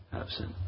Absent